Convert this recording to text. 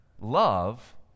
Love